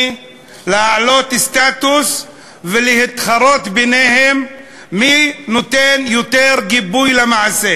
להעלות סטטוס ולהתחרות ביניהם מי נותן יותר גיבוי למעשה,